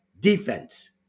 defense